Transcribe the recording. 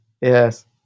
Yes